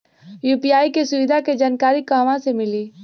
UPI के सुविधा के जानकारी कहवा से मिली?